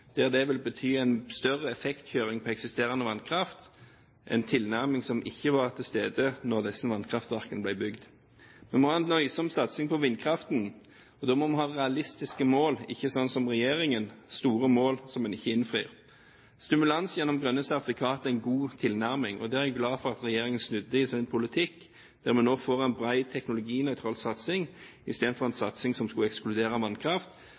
der det vil bety en større effektkjøring på eksisterende vannkraft, en tilnærming som ikke var til stede da vannkraftverkene ble bygd. Vi må ha en nøysom satsing på vindkraft. Da må vi ha realistiske mål og ikke slik som regjeringen: ha store mål som en ikke innfrir. Stimulans gjennom grønne sertifikater er en god tilnærming. Der er jeg glad for at regjeringen snudde i sin politikk, nå får vi en bred teknologinøytral satsing istedenfor en satsing som skulle ekskludere vannkraft,